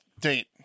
date